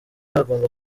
agomba